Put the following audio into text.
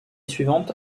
suivante